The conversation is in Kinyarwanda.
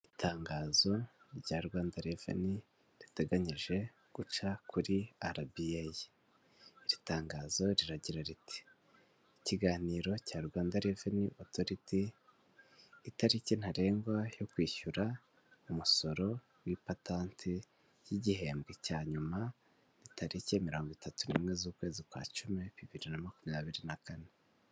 Itangazo rya Rwanda Reveni, riteganyije guca kuri RBA. Iri tangazo riragira riti "ikiganiro cya Rwanda Reveni Otoriti, itariki ntarengwa yo kwishyura umusoro w'ipatanti ry'igihembwe cya nyuma, ni tariki mirongo itatu n'imwe z'ukwezi kwa cumi, bibiri na makumyabiri na kane.